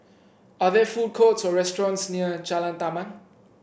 are there food courts or restaurants near Jalan Taman